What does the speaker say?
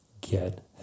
get